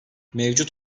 mevcut